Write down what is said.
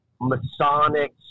Masonic